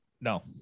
No